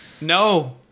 No